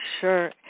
sure